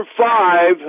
five